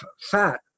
fat